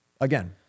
again